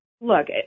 Look